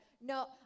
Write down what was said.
no